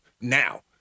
Now